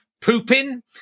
Pooping